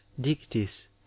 dictis